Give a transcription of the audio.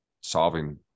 solving